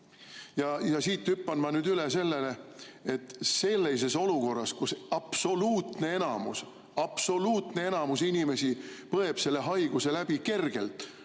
Siit hüppan ma nüüd üle sellele, et sellises olukorras, kus absoluutne enamus inimesi põeb selle haiguse läbi kergelt